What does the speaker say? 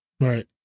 Right